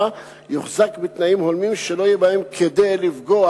יוחזק בתנאים הולמים שלא יהיה בהם כדי לפגוע